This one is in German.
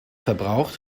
verbraucht